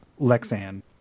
Lexan